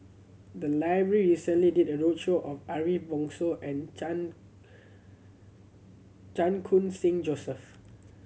the library recently did a roadshow on Ariff Bongso and Chan Chan Khun Sing Joseph